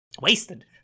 Wasted